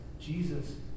Jesus